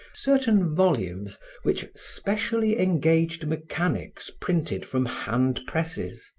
certain volumes which specially engaged mechanics printed from hand presses.